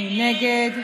מי נגד?